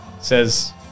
Says